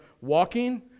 walking